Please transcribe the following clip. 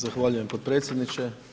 Zahvaljujem potpredsjedniče.